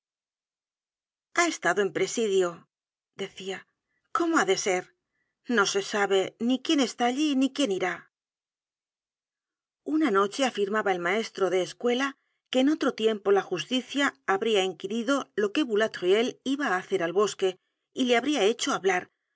ha estado en presidio decia cómo ha de ser no se sabe ni quién está allí ni quién irá una noche afirmaba el maestro de escuela que en otro tiempo la justicia habría inquirido lo que boulatruelle iba á hacer al bosque y le habria hecho hablar